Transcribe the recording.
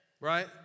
Right